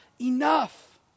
enough